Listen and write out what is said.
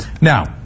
Now